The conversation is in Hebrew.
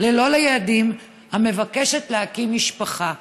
ללא ילדים המעוניינת להקים משפחה.